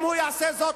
אם הוא יעשה זאת,